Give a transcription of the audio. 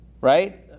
right